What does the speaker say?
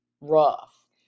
rough